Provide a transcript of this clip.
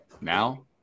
now